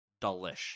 Delish